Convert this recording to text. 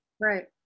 Right